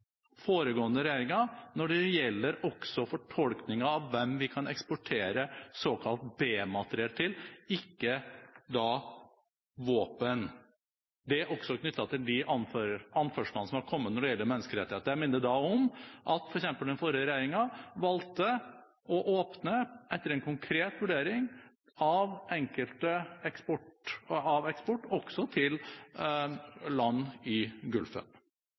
foregående regjeringen også når det gjelder fortolkningen av hvem vi kan eksportere B-materiell til. Det er også knyttet til de anførsler som er kommet når det gjelder menneskerettigheter. Jeg minner da om at den forrige regjeringen etter en konkret vurdering valgte å åpne for eksport også til land i